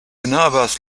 enhavas